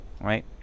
Right